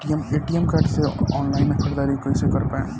ATM card से online ख़रीदारी कइसे कर पाएम?